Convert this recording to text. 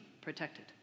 protected